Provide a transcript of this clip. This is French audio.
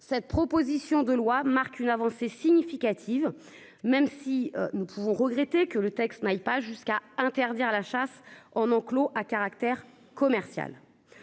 Cette proposition de loi marque une avancée significative. Même si nous pouvons regretter que le texte n'aille pas jusqu'à interdire la chasse en enclos à caractère commercial.